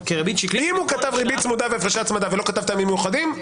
אם הוא כתב ריבית צמודה והפרשי הצמדה ולא כתב טעמים מיוחדים,